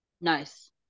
Nice